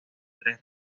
tres